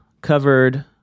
covered